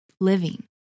living